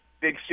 big